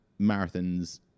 marathons